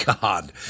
God